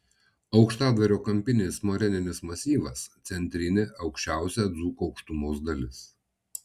aukštadvario kampinis moreninis masyvas centrinė aukščiausia dzūkų aukštumos dalis